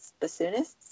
bassoonists